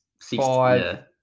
five